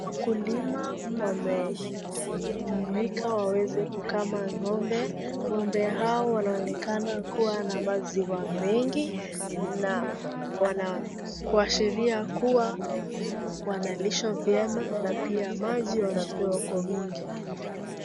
Wakulima wamejumuika waweze kukama ng'ombe. Ng'ombe hao wanaonekana kuwa na maziwa mengi na kuashiria kuwa wanalishwa vyema na pia maji wanapewa kwa wingi.